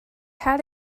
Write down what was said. had